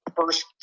first